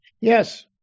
Yes